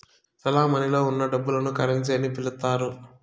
చెలమణిలో ఉన్న డబ్బును కరెన్సీ అని పిలుత్తారు